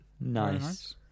Nice